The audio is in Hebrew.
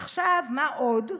עכשיו, מה עוד?